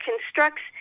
constructs